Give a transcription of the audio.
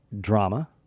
drama